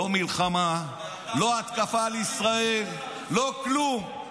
לא מלחמה, לא התקפה על ישראל, לא כלום.